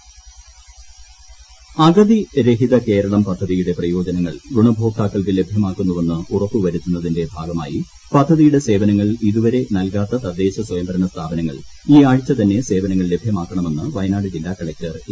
അഗതി രഹിത കേരളം അഗതി രഹിത കേരളം പദ്ധതിയുടെ പ്രയോജനങ്ങൾ ഗുണഭോക്താക്കൾക്ക് ലഭ്യമാക്കുന്നുവെന്ന് ഉറപ്പ് വരുത്തുന്നതിന്റെ ഭാഗമായി പദ്ധതിയുടെ സേവനങ്ങൾ ഇതുവരെ നൽകാത്ത തദ്ദേശ സ്വയംഭരണ സ്ഥാപനങ്ങൾ ഈ ആഴ്ച തന്നെ സേവനങ്ങൾ ലഭൃമാക്കണമെന്ന് വയനാട് ജില്ലാ കളക്ടർ എ